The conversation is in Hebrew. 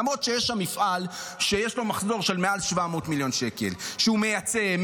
למרות שיש שם מפעל שיש לו מחזור של מעל 700 מיליון שקל שהוא מייצא,